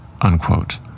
unquote